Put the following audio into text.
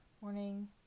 morning